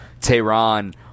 Tehran